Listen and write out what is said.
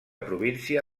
província